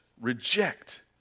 reject